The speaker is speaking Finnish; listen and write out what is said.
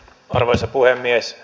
arvoisa puhemies